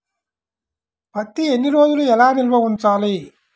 పత్తి ఎన్ని రోజులు ఎలా నిల్వ ఉంచాలి?